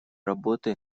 работы